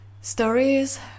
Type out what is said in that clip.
stories